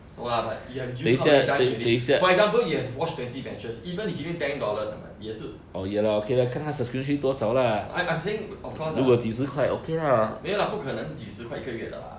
!wah! but you have use how many times already for example you watch twenty matches even you give me ten dollar nevermind 也是 I'm I'm saying of course ah 没有 lah 不可能几十块一个月的 lah